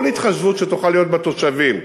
כל התחשבות שתוכל להיות בתושבים,